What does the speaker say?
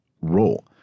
role